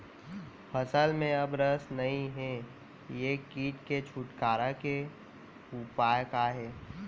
फसल में अब रस नही हे ये किट से छुटकारा के उपाय का हे?